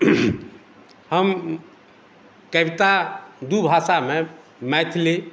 हम कविता दू भाषामे मैथिली